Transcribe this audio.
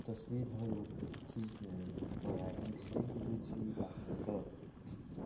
तस्विरहरू खिच्न मलाई धेरै रुचि लाग्दछ